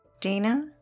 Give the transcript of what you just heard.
Dana